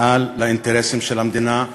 מעל לאינטרסים של המדינה.